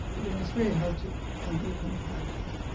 again, it's very hard to argue a counterfactual,